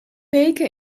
weken